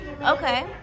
Okay